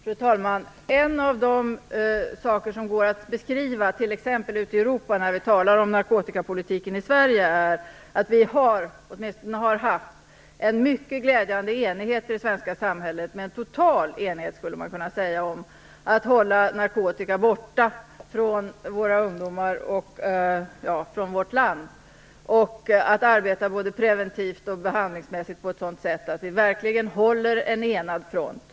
Fru talman! När vi talar om den svenska narkotikapolitiken t.ex. ute i Europa är en av de saker som går att beskriva att vi i det svenska samhället har, eller åtminstone har haft, en mycket glädjande enighet - en total enighet skulle man kunna säga - om att hålla narkotika borta från våra ungdomar och vårt land och om att arbeta både preventivt och behandlingsmässigt på ett sådant sätt att vi verkligen håller en enad front.